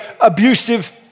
abusive